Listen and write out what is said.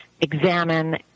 examine